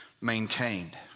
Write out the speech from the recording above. maintained